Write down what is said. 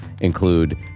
include